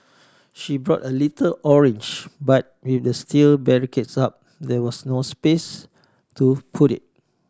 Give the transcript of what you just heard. she brought a little orange but with the steel barricades up there was no space to put it